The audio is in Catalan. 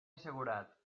assegurat